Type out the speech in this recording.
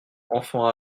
enfants